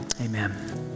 Amen